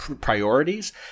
priorities